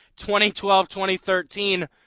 2012-2013